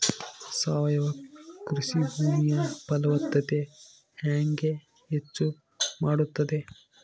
ಸಾವಯವ ಕೃಷಿ ಭೂಮಿಯ ಫಲವತ್ತತೆ ಹೆಂಗೆ ಹೆಚ್ಚು ಮಾಡುತ್ತದೆ?